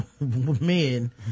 men